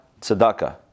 tzedakah